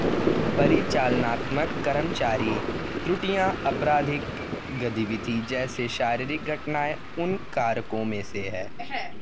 परिचालनात्मक कर्मचारी त्रुटियां, आपराधिक गतिविधि जैसे शारीरिक घटनाएं उन कारकों में से है